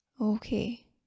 okay